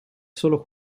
solo